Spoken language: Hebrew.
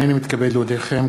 הנני מתכבד להודיעכם,